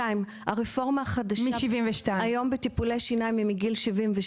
הרפורמה החדשה בטיפולי שיניים היום היא מגיל 72,